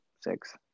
Six